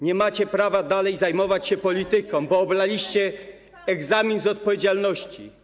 Nie macie prawa dalej zajmować się polityką, bo oblaliście egzamin z odpowiedzialności.